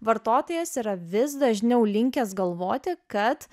vartotojas yra vis dažniau linkęs galvoti kad